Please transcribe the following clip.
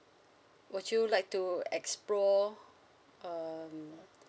would you like to explore um